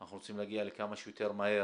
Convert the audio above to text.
אנחנו רוצים להגיע כמה שיותר מהר